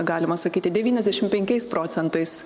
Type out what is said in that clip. galima sakyti devyniasdešim penkiais procentais